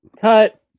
cut